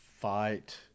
fight